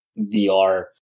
VR